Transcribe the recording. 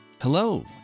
Hello